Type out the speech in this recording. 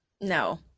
No